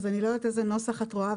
אז אני לא יודעת איזה נוסח את רואה,